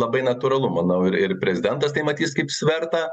labai natūralu manau ir ir prezidentas tai matys kaip svertą